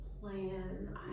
plan